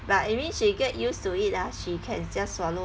but I mean she get used to it ah she can just swallow